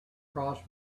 cross